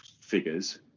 figures